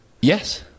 yes